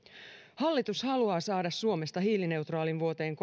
hallitus haluaa saada suomesta hiilineutraalin vuoteen